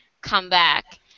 comeback